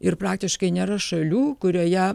ir praktiškai nėra šalių kurioje